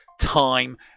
time